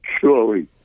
Surely